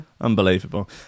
Unbelievable